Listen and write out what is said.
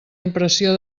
impressió